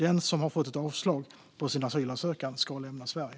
Den som har fått avslag på sin asylansökan ska lämna Sverige.